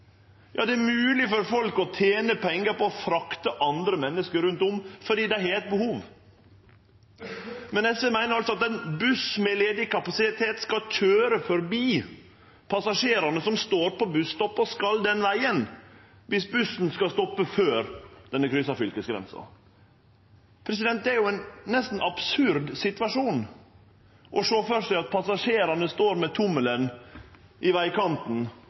er mogleg for folk å tene pengar på å frakte andre menneske rundt om fordi dei har eit behov, men SV meiner altså at ein buss med ledig kapasitet skal køyre forbi passasjerane som står på buss-stoppet og skal den vegen, at bussen ikkje skal stoppe før han har kryssa fylkesgrensa. Det er nesten ein absurd situasjon å sjå føre seg: at passasjerane står med tommelen opp i vegkanten,